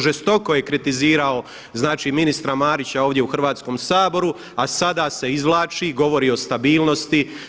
Žestoko je kritizirao ministra Marića ovdje u Hrvatskom saboru, a sada se izvlači, govori o stabilnosti.